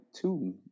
two